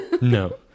No